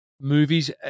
movies